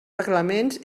reglaments